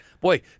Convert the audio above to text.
Boy